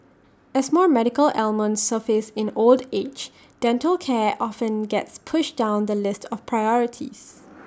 as more medical ailments surface in old age dental care often gets pushed down the list of priorities